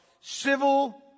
civil